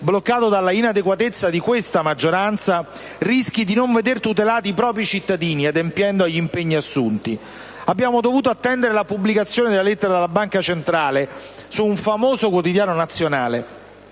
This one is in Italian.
bloccato dalla inadeguatezza di questa maggioranza, rischi di non vedere tutelati i propri cittadini adempiendo agli impegni assunti. Abbiamo dovuto attendere la pubblicazione della lettera della Banca centrale su un famoso quotidiano nazionale,